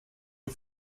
you